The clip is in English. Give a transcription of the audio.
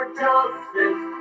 justice